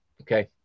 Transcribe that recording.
Okay